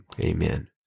Amen